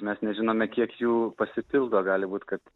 mes nežinome kiek jų pasipildo gali būt kad